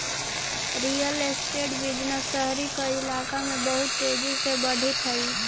real estate business शहरी कइलाका में बहुत तेजी से बढ़ित हई